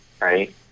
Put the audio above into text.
right